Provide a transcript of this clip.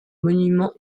monument